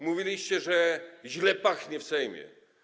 Mówiliście, że źle pachnie w Sejmie.